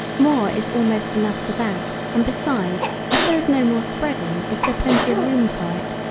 more is almost enough for that and besides if there is no more spreading is there plenty of room for it.